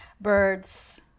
birds